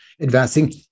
advancing